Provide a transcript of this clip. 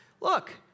Look